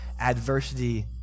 adversity